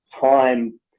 time